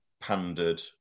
pandered